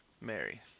Mary